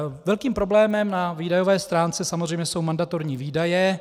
Velkým problémem na výdajové stránce jsou samozřejmě mandatorní výdaje.